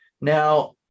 Now